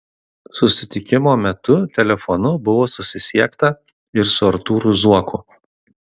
susitikimo metu telefonu buvo susisiekta ir su artūru zuoku